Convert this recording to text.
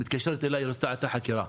מתקשרת אלי ל --- החקירה.